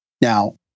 Now